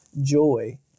joy